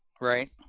Right